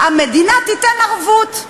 המדינה תיתן ערבות.